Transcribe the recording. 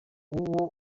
uwo